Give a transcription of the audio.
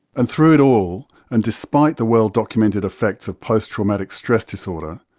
and through it all, and despite the well-documented effects of post traumatic stress disorder,